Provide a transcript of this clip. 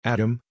Adam